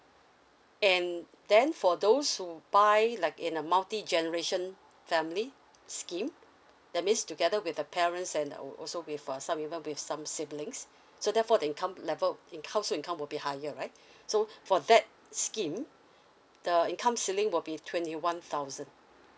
and then for those so who buy like in a multi generation family scheme that means together with the parents and also with uh some even with some siblings so therefore the income level in household income will be higher right so for that scheme the income ceiling will be twenty one thousand